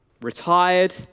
retired